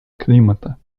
климата